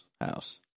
house